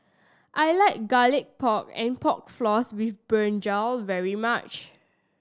I like Garlic Pork and Pork Floss with brinjal very much